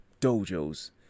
dojos